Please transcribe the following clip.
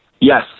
yes